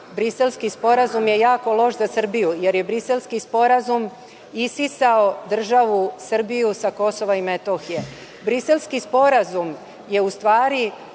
Briselski sporazum je jako loš za Srbiju, jer je Briselski sporazum isisao državu Srbiju sa KiM. Briselski sporazum je u stvari